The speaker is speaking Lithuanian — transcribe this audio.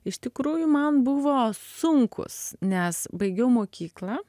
iš tikrųjų man buvo sunkūs nes baigiau mokyklą